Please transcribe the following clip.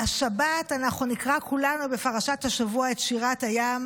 השבת אנחנו נקרא כולנו בפרשת השבוע את שירת הים